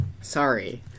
sorry